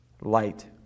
light